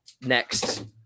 next